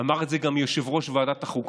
אמר את זה גם יושב-ראש ועדת החוקה,